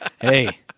Hey